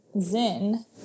Zin